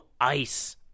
ice